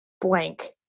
blank